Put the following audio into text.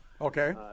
Okay